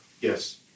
Yes